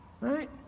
right